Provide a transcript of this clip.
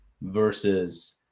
Versus